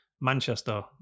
Manchester